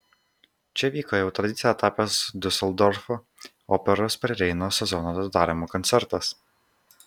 čia vyko jau tradicija tapęs diuseldorfo operos prie reino sezono atidarymo koncertas